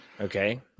Okay